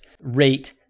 rate